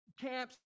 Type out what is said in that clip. camps